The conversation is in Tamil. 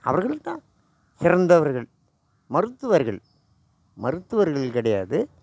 அவர்கள் தான் சிறந்தவர்கள் மருத்துவர்கள் மருத்துவர்கள் கிடையாது